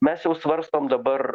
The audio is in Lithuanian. mes jau svarstom dabar